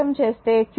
33 coulomb పొందుతాము